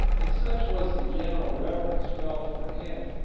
and such was the general reverence felt for him,